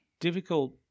Difficult